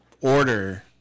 Order